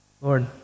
Lord